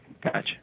Gotcha